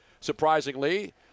surprisingly